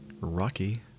Rocky